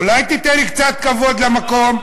אולי תיתן קצת כבוד למקום?